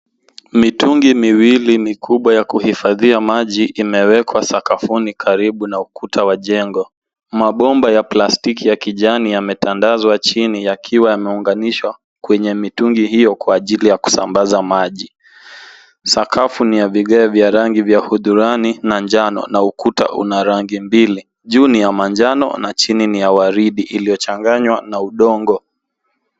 Mitungi miwili ni kubwa ya kuhifadhia maji imewekwa sakafuni karibu na ukuta wa jengo. Mabomba ya plastiki ya kijani yametandazwa chini yakiwa yameunganishwa kwenye mitungi hiyo kwa ajili ya kusambaza maji. Sakafu ni ya vigae vya hudhurungi na njano na ukuta una rangi mbili, juu ni ya manjano na chini ni ya waridi iliyochanganywa na udongo.